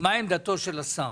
מה עמדתו של השר.